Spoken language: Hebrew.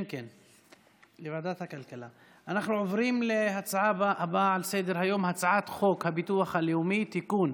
אנחנו עוברים להצעה הבאה על סדר-היום: הצעת חוק הביטוח הלאומי (תיקון,